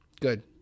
Good